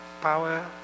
power